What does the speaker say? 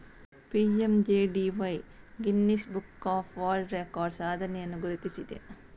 PMJDY Guinness book of world records ಸಾಧನೆಯನ್ನು ಗುರುತಿಸಿದೆ